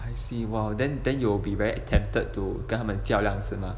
I see !wow! then then you will be very tempted to 跟他们较量是吗